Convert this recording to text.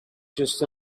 just